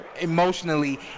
emotionally